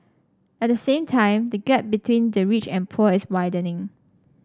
at the same time the gap between the rich and poor is widening